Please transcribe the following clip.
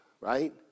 right